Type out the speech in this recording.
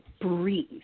breathe